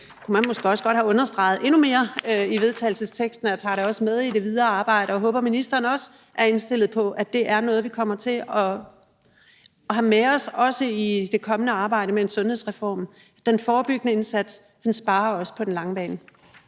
Man kunne måske også godt have understreget det endnu mere i vedtagelsesteksten, og jeg tager det også med i det videre arbejde og håber, at ministeren også er indstillet på, at det er noget, vi kommer til at have med os, også i det kommende arbejde med en sundhedsreform. Den forebyggende indsats sparer vi også ved på den lange bane.